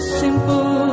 simple